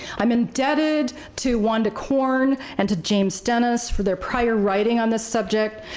i'm indebted to wanda corn and to james dennis for their prior writing on this subject,